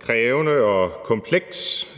krævende og komplekst